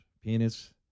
penis